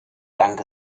dank